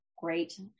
great